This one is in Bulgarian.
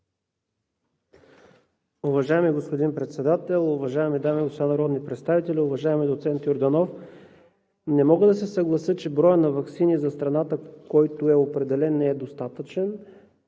Уважаеми господин Председател, уважаеми дами и господа народни представители! Уважаеми доцент Йорданов, не мога да се съглася, че броят на ваксините за страната, който е определен, не е достатъчен.